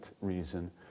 reason